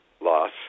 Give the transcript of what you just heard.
loss